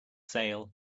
sail